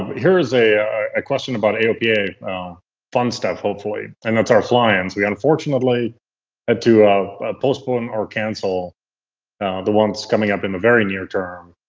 here's a question about aopa fun stuff hopefully, and that's our fly-ins. we unfortunately had to postpone or cancel the ones coming up in the very near term.